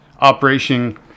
Operation